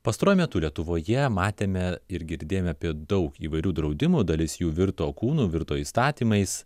pastaruoju metu lietuvoje matėme ir girdėjome apie daug įvairių draudimų dalis jų virto kūnu virto įstatymais